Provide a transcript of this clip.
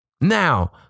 Now